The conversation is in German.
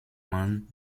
mann